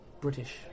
British